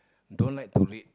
don't like to read